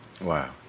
Wow